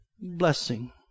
blessing